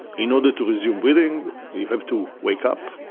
in order to resume breathing you have to wake up,